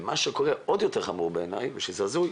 ומה שקורה עוד יותר חמור בעיני, שזה הזוי,